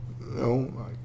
no